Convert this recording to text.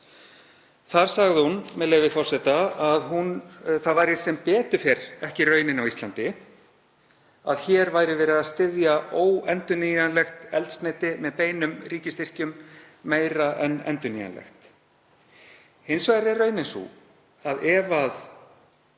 Þar sagði hún að það væri sem betur fer ekki raunin á Íslandi að verið væri að styðja óendurnýjanlegt eldsneyti með beinum ríkisstyrkjum meira en endurnýjanlegt. Hins vegar er raunin sú að ef